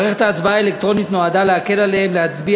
מערכת ההצבעה האלקטרונית נועדה להקל עליהם להצביע